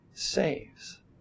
saves